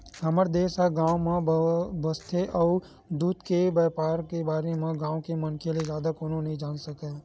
हमर देस ह गाँव म बसथे अउ दूद के बइपार के बारे म गाँव के मनखे ले जादा कोनो नइ जान सकय